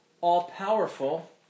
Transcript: all-powerful